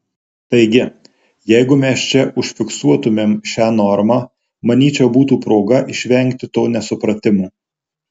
taigi jeigu mes čia užfiksuotumėm šią normą manyčiau būtų proga išvengti to nesupratimo